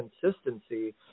consistency